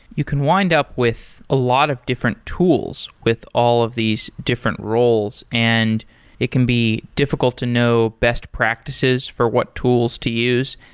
you can wind up with a lot of different tools with all of these different roles, and it can be difficult to know best practices for what tools to use.